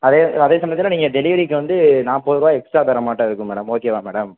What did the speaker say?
அதே அதே சமயத்தில் நீங்கள் டெலிவரிக்கு வந்து நாற்பதுருபா எக்ஸ்ட்ரா தர மாட்டோம் இருக்கும் மேடம் ஓகேவா மேடம்